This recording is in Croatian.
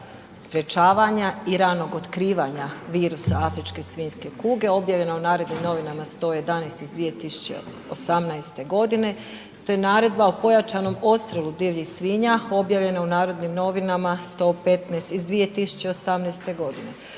sprječavanja i ranog otkrivanja virusa afričke svinjske kuge objavljene u Narodnim novinama 111/2018, to je nareda o pojačanom odstrelu divljih svinja objavljene u Narodnim novinama 115/2018. Početkom